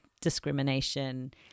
discrimination